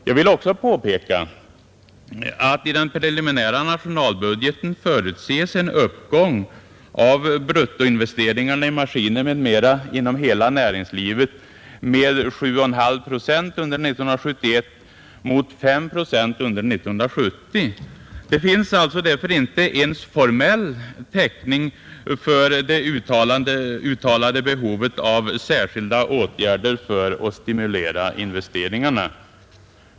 Jag vill också påpeka att i den preliminära nationalbudgeten förutses en uppgång av bruttoinvesteringarna i maskiner m.m. inom hela näringslivet med 7,5 procent under 1971 mot 5 procent under 1970. Det finns därför inte ens formell täckning för det uttalade behovet av särskilda åtgärder för att stimulera investeringarna.